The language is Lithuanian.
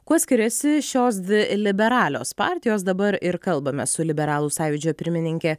kuo skiriasi šios dvi liberalios partijos dabar ir kalbame su liberalų sąjūdžio pirmininke